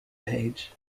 page